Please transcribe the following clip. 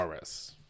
RS